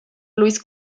luis